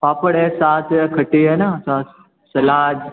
पापड़ है सास है खट्टी है ना सलाद